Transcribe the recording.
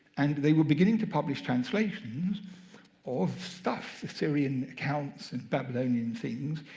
and they were beginning to publish translations of stuff, assyrian accounts and babylonian things.